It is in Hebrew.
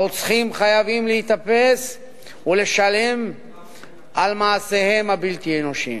הרוצחים חייבים להיתפס ולשלם על מעשיהם הבלתי-אנושיים.